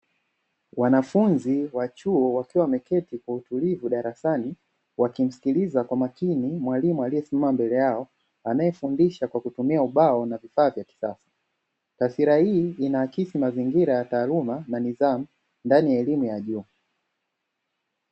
Wanafunzi wa chuo wakiwa wameketi kwa utulivu darasani wakimsikiliza kwa makini mwalimu aliyesimama mbele yao anayefundisha kwa kutumia ubao na vifaa vya kisasa. Taswira hii inaakisi mazingira ya taaluma na nidhamu ndani ya elimu ya juu.